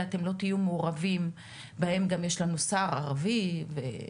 את אומרת שהם הוחרגו ב-2009.